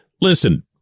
listen